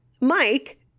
Mike